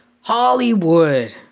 Hollywood